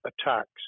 attacks